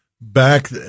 Back